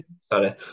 Sorry